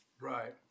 right